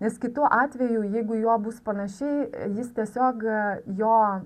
nes kitu atveju jeigu jo bus panašiai jis tiesiog jo